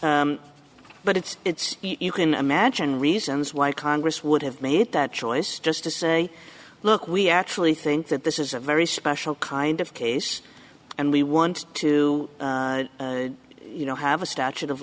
but but it's it's you can imagine reasons why congress would have made that choice just to say look we actually think that this is a very special kind of case and we want to you know have a statute of